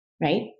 right